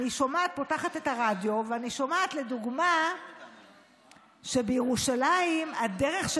אני פותחת את הרדיו ואני שומעת לדוגמה שבירושלים הדרך של